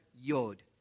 yod